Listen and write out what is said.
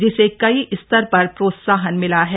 जिसे कई स्तर पर प्रोत्साहन मिला है